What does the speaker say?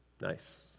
nice